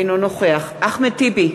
אינו נוכח אחמד טיבי,